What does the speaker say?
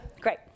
Great